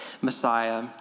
Messiah